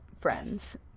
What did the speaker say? friends